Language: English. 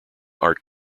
art